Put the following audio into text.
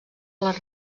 les